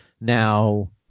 Now